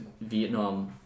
Vietnam